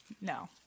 No